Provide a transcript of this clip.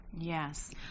Yes